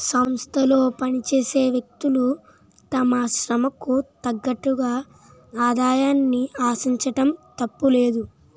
సంస్థలో పనిచేసే వ్యక్తులు తమ శ్రమకు తగ్గట్టుగా ఆదాయాన్ని ఆశించడం తప్పులేదు